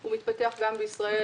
הוא מתפתח גם בישראל,